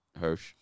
Hirsch